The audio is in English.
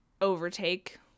overtake